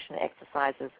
exercises